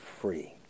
free